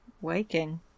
Waking